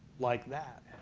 like that.